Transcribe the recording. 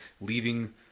leaving